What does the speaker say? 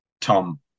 Tom